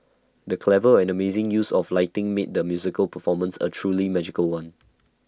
the clever and amazing use of lighting made the musical performance A truly magical one